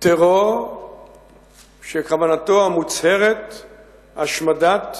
טרור שכוונתו המוצהרת היא השמדת